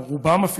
או אפילו רובם,